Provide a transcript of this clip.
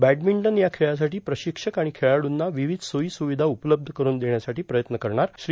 badminton या खेळासाठी प्रशिक्षक आणि खेळाडूंना विविध सोई सुविधा उपलब्ध करून देण्यासाठी प्रयत्न करणार श्री